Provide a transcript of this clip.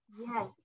yes